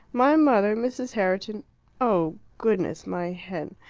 my mother, mrs. herriton oh, goodness, my head!